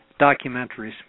Documentaries